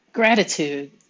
Gratitude